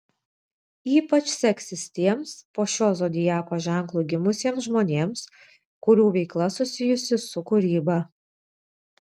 ypač seksis tiems po šiuo zodiako ženklu gimusiems žmonėms kurių veikla susijusi su kūryba